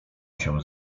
się